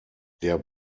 der